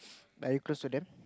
but are you close to them